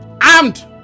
armed